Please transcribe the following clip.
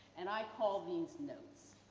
and, i call these notes.